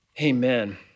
Amen